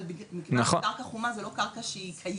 אבל מכיוון שקרקע חומה היא לא קרקע שהיא קיימת,